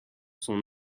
son